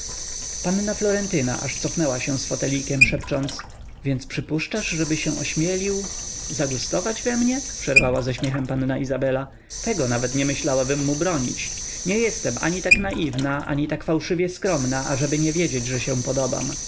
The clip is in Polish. panna florentyna aż cofnęła się z fotelikiem szepcąc więc przypuszczasz żeby się ośmielił zagustować we mnie przerwała ze śmiechem panna izabela tego nawet nie myślałabym mu bronić nie jestem tak ani naiwna ani tak fałszywie skromna ażeby nie wiedzieć że się podobam